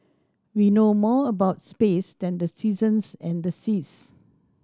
we know more about space than the seasons and the seas